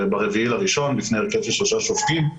ב-4.1 בפני הרכב של שלושה שופטים.